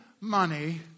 money